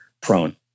prone